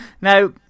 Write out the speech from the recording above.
Now